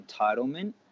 entitlement